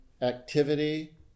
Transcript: activity